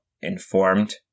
informed